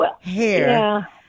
hair